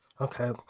okay